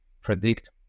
predict